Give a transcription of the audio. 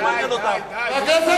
די, די, די.